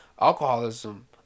alcoholism